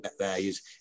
values